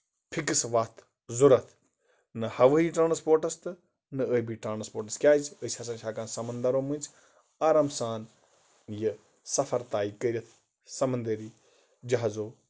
fix وَتھ ضوٚرتھ نہ ہَوٲیی ٹرانَسپورٹَس تہٕ نہ ٲبی ٹڑانَسپورٹَس کیازِ أسۍ ہسا چھِ ہٮ۪کان سَمدرَو مٔنزۍ آرام سان یہِ سَفر طے کٔرِتھ سَمندٔری جَہازَو